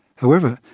however,